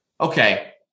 okay